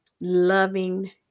loving